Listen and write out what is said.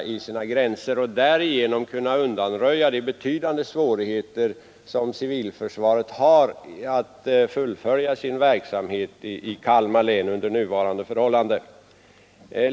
Därigenom kan man undanröja de betydande svårigheter som civilförsvaret har att fullfölja sin verksamhet i Kalmar län under nuvarande förhållanden.